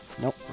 Nope